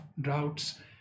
droughts